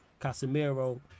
Casemiro